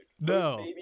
No